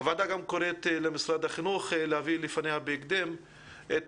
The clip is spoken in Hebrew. הוועדה קוראת למשרד החינוך להביא לפניה בהקדם את